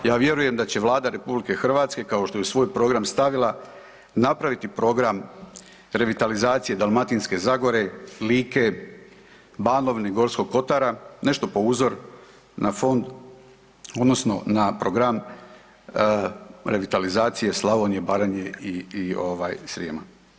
Ja vjerujem da će Vlada RH kao što je i u svoj program stavila napraviti program revitalizacije Dalmatinske zagore, Like, Banovine i Gorskog kotara, nešto po uzor na fond odnosno na program revitalizacije Slavonije, Baranje i, i ovaj Srijema.